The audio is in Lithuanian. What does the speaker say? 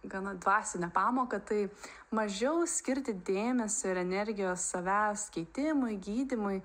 gana dvasinę pamoką taip mažiau skirti dėmesio ir energijos savęs keitimui gydymui